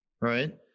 right